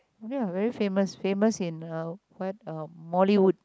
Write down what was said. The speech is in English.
okay lah very famous famous in uh what uh Mollywood